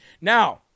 Now